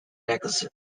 necks